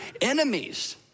enemies